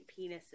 penises